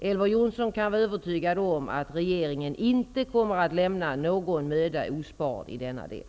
Elver Jonsson kan vara övertygad om att regeringen inte kommer att lämna någon möda ospard i denna del.